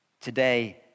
Today